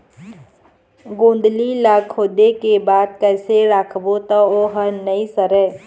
गोंदली ला खोदे के बाद कइसे राखबो त ओहर नई सरे?